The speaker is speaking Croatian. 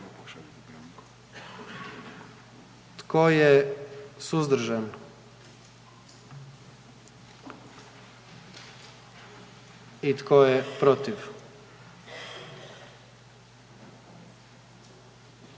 Tko je suzdržan? I tko je protiv?